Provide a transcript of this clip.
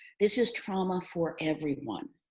this is trauma for everyone.